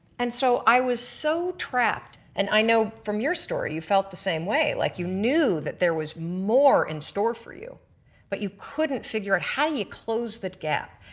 and so i was so to strapped and i know from your story you felt the same way, like you knew that there was more in store for you but you couldn't figure how do you close that gap.